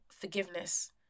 forgiveness